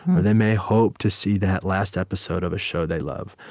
or they may hope to see that last episode of a show they love.